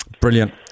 Brilliant